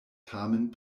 tamen